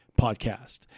podcast